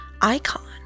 icon